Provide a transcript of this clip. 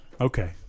Okay